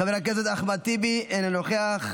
חבר הכנסת אחמד טיבי, אינו נוכח.